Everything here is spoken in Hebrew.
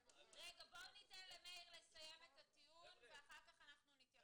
--- בואו ניתן למאיר לסיים את הטיעון ואחר כך אנחנו נתייחס.